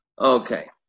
Okay